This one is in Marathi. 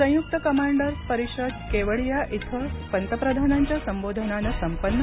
संयुक्त कमांडर्स परिषद केवडिया इथं पंतप्रधानांच्या संबोधनाने संपन्न